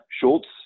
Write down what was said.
Schultz